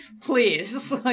please